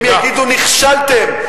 הם יגידו: נכשלתם.